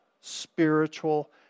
spiritual